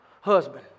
husband